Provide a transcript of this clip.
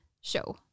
show